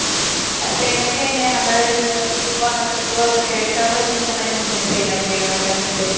അത് പേയ്മെൻറ്റ് എങ്ങനെയാണ് നമ്മളത് വാ ട്രിപ്പ് വന്ന ശേഷമാണോ അല്ലെങ്കിൽ നമ്മൾ അതിന് മുന്നേ പേയ്മെന്റ് ചെയ്യണോ അഡ്വാൻസ് പേയ്മെൻറ്റ്